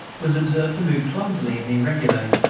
was observed to move clumsily and irregularly.